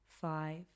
five